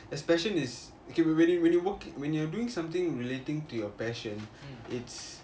as passion is it can be real~ really when you're doing something relating to your passion it's